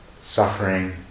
suffering